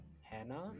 Hannah